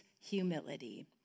humility